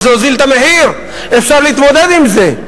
אבל זה הוזיל את המחיר, אפשר להתמודד עם זה.